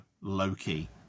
Loki